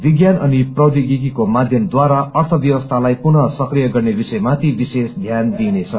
विज्ञान अनि प्रौदोगिकीको माध्यमद्वारा अर्थव्यस्थालाई पुनः सक्रीय गर्ने विषयमाथि विशेष ध्यान दिइनेछ